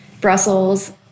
Brussels